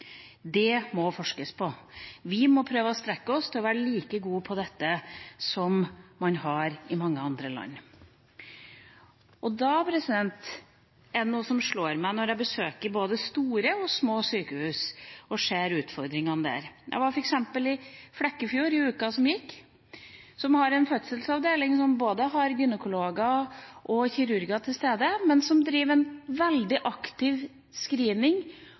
Det må forskes på. Vi må prøve å strekke oss til å være like gode på dette som man er i mange andre land. Da er det noe som slår meg, når jeg besøker både store og små sykehus og ser utfordringene der. Jeg var f.eks. i Flekkefjord i uka som gikk, som har en fødselsavdeling som har både gynekologer og kirurger til stede, men som driver veldig aktiv screening